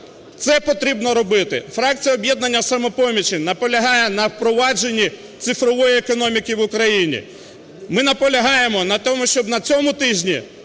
Це потрібно робити. Фракція "Об'єднання "Самопоміч" наполягає на впровадженні цифрової економіки в Україні. Ми наполягаємо на тому, щоб на цьому тижні